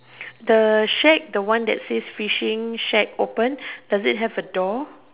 the shack the one that says fish shack open does it have a door